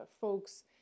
folks